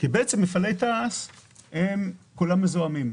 בעצם מפעלי תע"ש כולם מזוהמים.